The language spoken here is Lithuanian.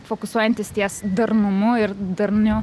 fokusuojantis ties darnumu ir darniu